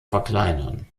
verkleinern